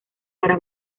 para